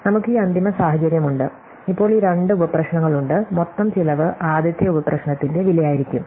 നമുക്ക് ഈ അന്തിമ സാഹചര്യം ഉണ്ട് ഇപ്പോൾ ഈ രണ്ട് ഉപ പ്രശ്നങ്ങളുണ്ട് മൊത്തം ചെലവ് ആദ്യത്തെ ഉപ പ്രശ്നത്തിന്റെ വിലയായിരിക്കും